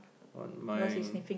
on mine